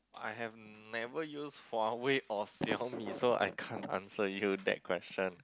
I have never use Huawei or Xiaomi so I can't answer you that question